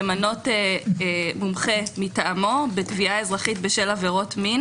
למנות מומחה מטעמו בתביעה אזרחית בשל עבירות מין